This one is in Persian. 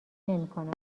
نمیکنم